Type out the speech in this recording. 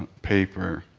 paper,